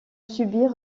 subir